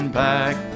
back